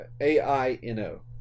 A-I-N-O